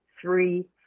three